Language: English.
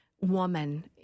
woman